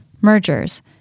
Mergers